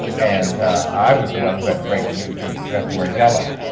and i was the one who had to break the news to her that you have to wear yellow.